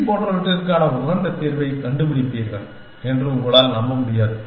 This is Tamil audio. பி போன்றவற்றிற்கான உகந்த தீர்வுகளைக் கண்டுபிடிப்பீர்கள் என்று உங்களால் நம்ப முடியாது